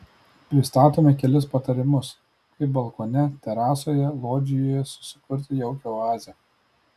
pristatome kelis patarimus kaip balkone terasoje lodžijoje susikurti jaukią oazę